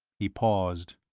he paused.